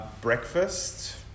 breakfast